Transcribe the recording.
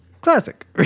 classic